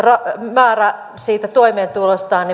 määrä siitä toimeentulostaan